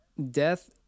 Death